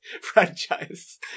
franchise